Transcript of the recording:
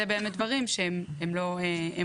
אלה באמת דברים שהם רשות.